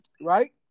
right